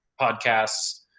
podcasts